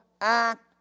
act